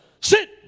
sit